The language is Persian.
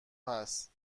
هست